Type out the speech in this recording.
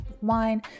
wine